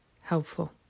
helpful